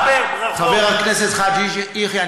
חבר הכנסת חאג' יחיא,